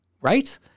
right